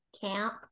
Camp